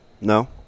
No